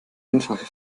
einfache